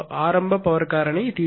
ஆரம்ப பவர் காரணி θ1